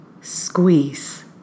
Squeeze